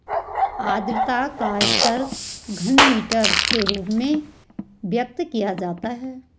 आद्रता का स्तर घनमीटर के रूप में व्यक्त किया जाता है